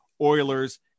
Oilers